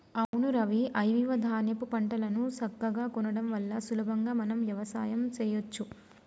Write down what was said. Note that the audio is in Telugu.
అవును రవి ఐవివ ధాన్యాపు పంటలను సక్కగా కొనడం వల్ల సులభంగా మనం వ్యవసాయం సెయ్యచ్చు